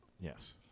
Yes